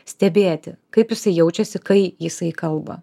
stebėti kaip jisai jaučiasi kai jisai kalba